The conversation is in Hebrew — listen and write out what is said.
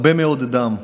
הרבה מאוד דם,